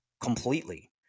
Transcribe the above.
completely